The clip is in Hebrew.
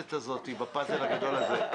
למשבצת הזאת בפאזל הגדול הזה.